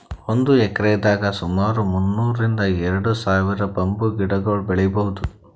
ಒಂದ್ ಎಕ್ರೆದಾಗ್ ಸುಮಾರ್ ಮುನ್ನೂರ್ರಿಂದ್ ಎರಡ ಸಾವಿರ್ ಬಂಬೂ ಗಿಡಗೊಳ್ ಬೆಳೀಭೌದು